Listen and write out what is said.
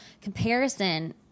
comparison